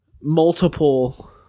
multiple